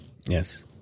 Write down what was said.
Yes